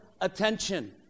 attention